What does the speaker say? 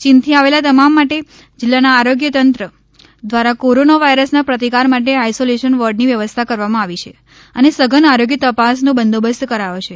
ચીનથી આવેલા તમામ માટે જિલ્લાના આરોગ્યતંત્ર દ્વારા કોરોના વાઇરસના પ્રતિકાર માટે આઈસોલેશન વોર્ડની વ્યવસ્થા કરવામાં આવી છે અને સધન આરોગ્ય તપાસનો બંદોબસ્ત કરાયો છે